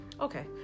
Okay